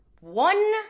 one